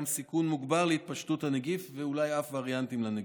סיכון מוגבר להתפשטות הנגיף ואולי אף וריאנטים לנגיף.